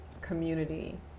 community